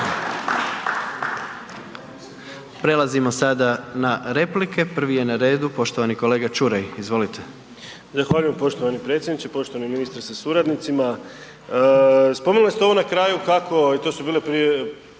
Prelazimo sada na replike, prvi je na redu poštovani kolega Čuraj, izvolite. **Čuraj, Stjepan (HNS)** Zahvaljujem poštovani predsjedniče, poštovani ministri sa suradnicima, spomenuli ste ovo na kraju kako i to su bile primjedbe